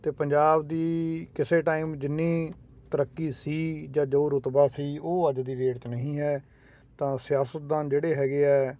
ਤੇ ਪੰਜਾਬ ਦੀ ਕਿਸੇ ਟਾਈਮ ਜਿੰਨੀ ਤਰੱਕੀ ਸੀ ਜਾਂ ਜੋ ਰੁਤਬਾ ਸੀ ਉਹ ਅੱਜ ਦੀ ਡੇਟ 'ਚ ਨਹੀਂ ਹੈ ਤਾਂ ਸਿਆਸਤਦਾਨ ਜਿਹੜੇ ਹੈਗੇ ਆ